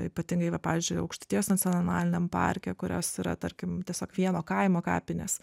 ypatingai va pavyzdžiui aukštaitijos nacionaliniam parke kurios yra tarkim tiesiog vieno kaimo kapinės